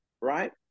right